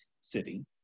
city